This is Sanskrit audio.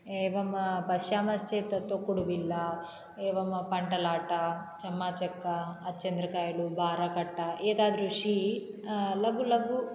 एवं पश्यामश्चेत् तोक्कुडुबिल्ला एवं पण्टलाटा चम्माचक्का अच्चन्द्रकायलु बाराकट्टा एतादृशी लघु लघु